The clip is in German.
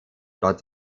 dort